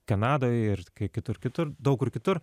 kanadoj ir kitur kitur daug kur kitur